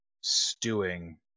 stewing